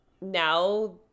now